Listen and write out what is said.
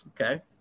Okay